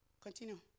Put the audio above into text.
continue